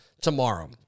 tomorrow